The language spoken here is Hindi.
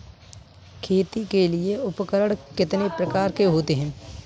खेती के लिए उपकरण कितने प्रकार के होते हैं?